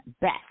best